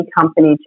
company